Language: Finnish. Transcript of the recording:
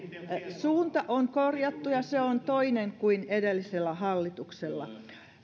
suunta on korjattu ja se on toinen kuin edellisellä hallituksella